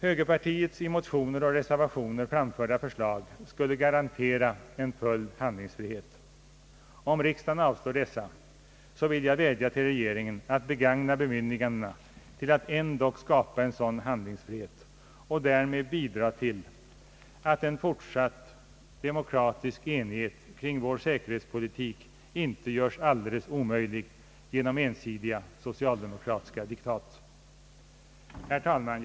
Högerpartiets i motioner och reservationer framförda förslag skulle garantera en full handlingsfrihet. Om riksdagen avslår dessa, vill jag vädja till regeringen att begagna bemyndigandena till att ändock skapa en sådan handlingsfrihet och därmed bidra till att en fortsatt demokratisk enighet kring vår säkerhetspolitik inte göres alldeles omöjlig genom ensidiga socialdemokratiska diktat. Herr talman!